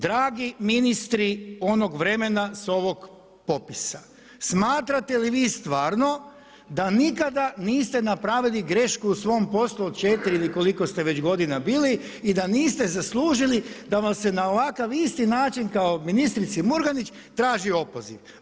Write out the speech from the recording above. Dragi ministri onog vremena s ovog popisa, smatrate li vi stvarno da nikada niste napravili grešku u svom poslu od 4 ili koliko ste već godina bili i da niste zaslužili da vam se na ovakav isti način kao ministrici Murganić traži opoziv.